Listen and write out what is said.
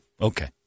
Okay